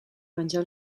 venjar